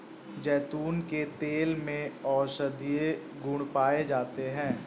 जैतून के तेल में औषधीय गुण पाए जाते हैं